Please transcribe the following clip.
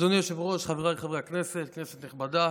אדוני היושב-ראש, חבריי חברי הכנסת, כנסת נכבדה,